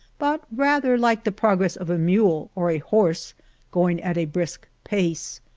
but rather like the progress of a mule or a horse going at a brisk pace.